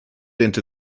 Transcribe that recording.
into